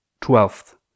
Twelfth